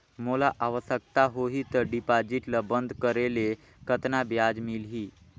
मोला आवश्यकता होही त डिपॉजिट ल बंद करे ले कतना ब्याज मिलही?